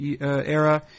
era